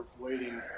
waiting